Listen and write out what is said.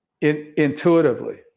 intuitively